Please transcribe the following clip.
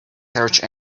search